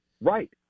Right